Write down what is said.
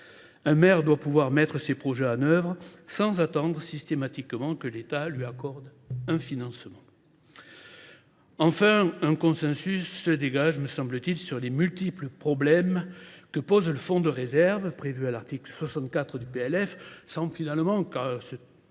Un maire doit pouvoir mettre ses projets en œuvre sans attendre systématiquement que l’État lui accorde un financement. Enfin, un consensus semble se dégager sur les multiples problèmes que pose le fonds de réserve prévu à l’article 64 du projet de loi de finances,